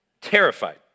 Terrified